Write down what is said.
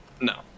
No